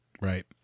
Right